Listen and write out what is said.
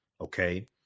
Okay